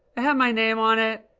ah had my name on it.